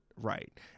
right